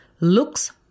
looks